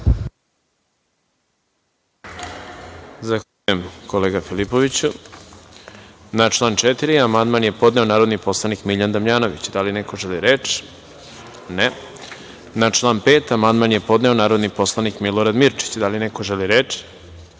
Zahvaljujem, kolega Filipoviću. Na član 4. amandman je podneo narodni poslanik Miljan Damjanović. Da li neko želi reč? (Ne)Na član 5. amandman je podneo narodni poslanik Milorad Mirčić. Da li neko želi reč? Reč